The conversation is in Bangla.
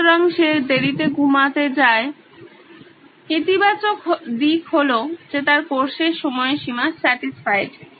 সুতরাং সে দেরিতে ঘুমাতে যায় ইতিবাচক দিক হলো যে তার কোর্সের সময়সীমা স্যাটিস্ফাইড